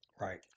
Right